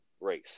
race